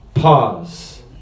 pause